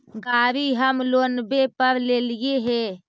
गाड़ी हम लोनवे पर लेलिऐ हे?